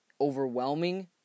overwhelming